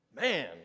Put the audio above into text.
Man